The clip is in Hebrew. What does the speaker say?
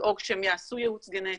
לדאוג שהם יעשו ייעוץ גנטי,